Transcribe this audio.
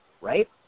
right